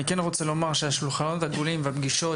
אני כן רוצה לומר שהשולחנות העגולים וגם הפגישות